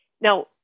Now